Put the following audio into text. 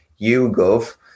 YouGov